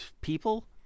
people